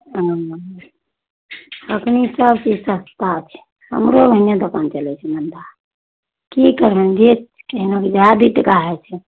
हँ एखन सबचीज सस्ता छै हमरो ओहने दोकान चलै छै मन्दा कि करबेँ जे जेना जएह दुइ टका होइ छै